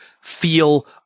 feel